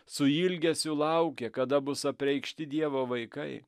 su ilgesiu laukia kada bus apreikšti dievo vaikai